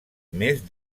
més